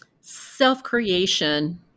self-creation